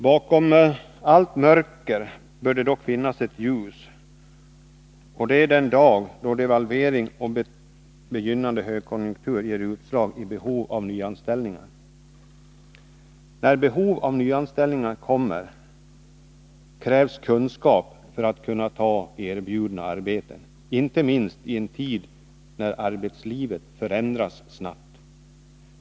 Bakom allt mörker bör det dock finnas ett ljus, och det är den dag då devalvering och begynnande högkonjunktur ger utslag i behov av nyanställningar. När behov av nyanställningar kommer krävs kunskap för att kunna ta erbjudna arbeten — inte minst i en tid när arbetslivet förändras snabbt.